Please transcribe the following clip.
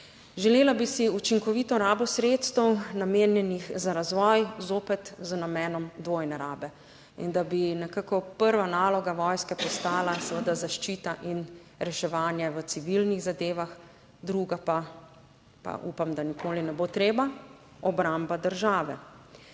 Želela bi si učinkovito rabo sredstev, namenjenih za razvoj, zopet z namenom dvojne rabe, in da bi nekako prva naloga vojske postala seveda zaščita in reševanje v civilnih zadevah, druga pa, pa upam, da nikoli ne bo treba obramba države.